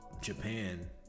Japan